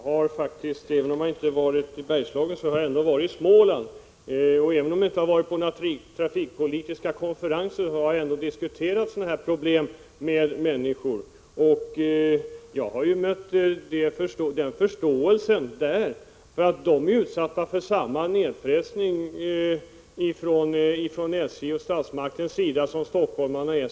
Herr talman! Jag har inte varit i Bergslagen. Men jag har faktiskt varit i Småland. Och även om jag inte har varit på någon trafikpolitisk konferens, har jag ändå diskuterat sådana här problem med olika människor. Jag har då mött förståelse hos dem. De är nämligen utsatta för samma nedpressning från SJ:s och statsmakternas sida som stockholmarna är.